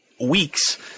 weeks